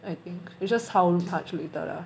I think it's just how much later lah